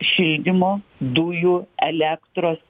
šildymo dujų elektros